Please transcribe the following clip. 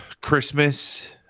Christmas